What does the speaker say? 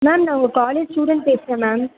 ma'am நான் உங்கள் college student பேசுறேன் மேம்